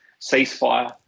Ceasefire